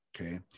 okay